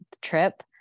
trip